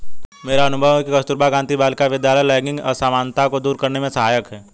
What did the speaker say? मेरा अनुभव है कि कस्तूरबा गांधी बालिका विद्यालय लैंगिक असमानता को दूर करने में सहायक है